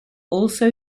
also